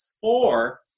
four